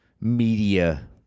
media